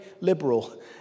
liberal